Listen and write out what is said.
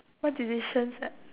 what decisions that